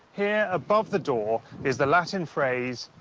here above the door is the latin phrase,